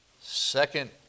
Second